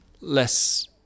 less